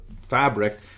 fabric